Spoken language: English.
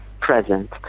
present